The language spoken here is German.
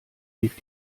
rief